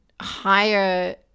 higher